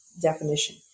definition